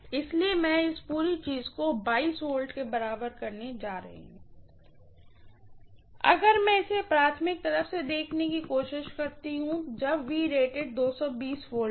इसलिए मैं इस पूरी चीज़ को V के बराबर करने जा रही हूँ अगर मैं इसे प्राइमरीतरफ से देखने की कोशिश कर रही हूँ जब V रेटेड V है